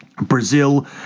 Brazil